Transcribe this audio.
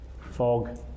fog